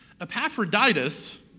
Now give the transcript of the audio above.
Epaphroditus